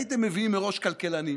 הייתם מביאים מראש כלכלנים